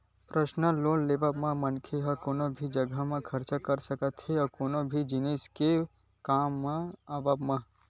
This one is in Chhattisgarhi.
परसनल लोन के लेवब म मनखे ह कोनो भी जघा खरचा कर सकत हे कोनो भी जिनिस के काम के आवब म